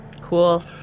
Cool